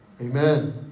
Amen